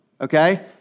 Okay